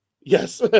yes